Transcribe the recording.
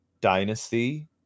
dynasty